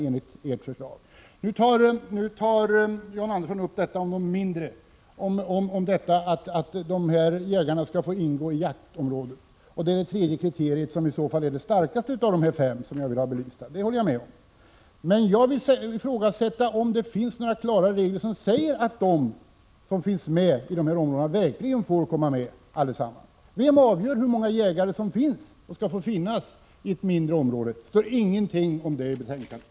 John Andersson säger något om att de mindre markägarna skall få ingå i ett jaktområde. Det är det tredje kritieriet som i så fall är det starkaste av de fem kriterierna. Det håller jag med om. Men jag ifrågasätter att det finns några klara regler, som säger att samtliga berörda verkligen får ingå i dessa områden. Vem är det som avgör hur många jägare som finns och som skall få finnas i ett mindre område? Det står ingenting om den saken i betänkandet.